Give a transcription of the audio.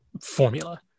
formula